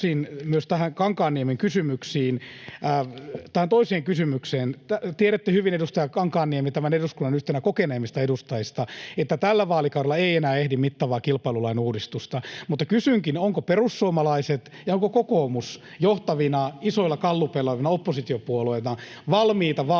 Tiedätte hyvin, edustaja Kankaanniemi, tämän eduskunnan yhtenä kokeneimmista edustajista, että tällä vaalikaudella ei enää ehdi tehdä mittavaa kilpailulain uudistusta. Mutta kysynkin, ovatko perussuomalaiset ja onko kokoomus isoilla gallupeilla johtavina oppositiopuolueina valmiita vaalien